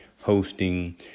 hosting